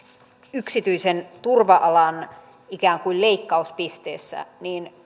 yksityisen turva alan ikään kuin leikkauspisteessä